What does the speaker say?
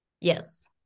Yes